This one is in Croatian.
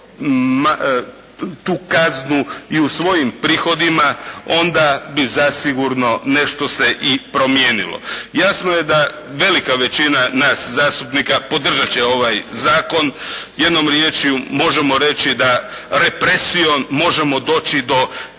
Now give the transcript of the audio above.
tu kaznu i u svojim prihodima onda bi zasigurno nešto se i promijenilo. Jasno je da velika većina nas zastupnika podržat će ovaj zakon. Jednom riječju, možemo reći da represijom možemo doći do